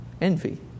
envy